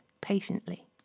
patiently